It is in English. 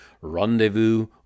rendezvous